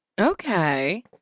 Okay